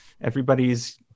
everybody's